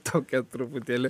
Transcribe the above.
tokia truputėlį